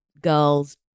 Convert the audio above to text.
girl's